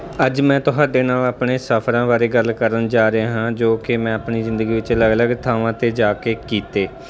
ਅੱਜ ਮੈਂ ਤੁਹਾਡੇ ਨਾਲ ਆਪਣੇ ਸਫਰਾਂ ਬਾਰੇ ਗੱਲ ਕਰਨ ਜਾ ਰਿਹਾ ਹਾਂ ਜੋ ਕਿ ਮੈਂ ਆਪਣੀ ਜ਼ਿੰਦਗੀ ਵਿੱਚ ਅਲੱਗ ਅਲੱਗ ਥਾਵਾਂ 'ਤੇ ਜਾ ਕੇ ਕੀਤੇ